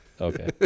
Okay